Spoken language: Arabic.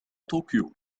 طوكيو